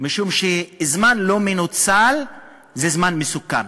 משום שזמן לא מנוצל הוא זמן מסוכן,